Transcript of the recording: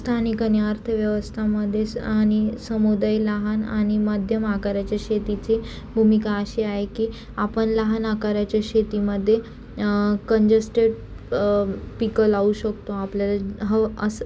स्थानिक आणि अर्थव्यवस्थामध्ये स आणि समुदाय लहान आणि मध्यम आकाराच्या शेतीची भूमिका अशी आ आहे की आपण लहान आकाराच्या शेतीमध्ये कंजेस्टेड पिकं लावू शकतो आपल्याला ह असं